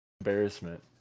Embarrassment